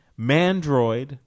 Mandroid